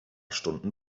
stunden